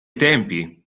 tempi